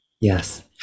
yes